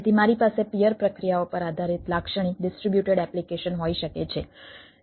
તેથી મારી પાસે પીઅર પ્રક્રિયાઓ પર આધારિત લાક્ષણિક ડિસ્ટ્રિબ્યુટેડ એપ્લિકેશન હોઈ શકે છે